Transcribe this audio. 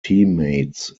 teammates